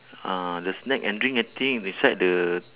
uh the snack and drink I think is beside the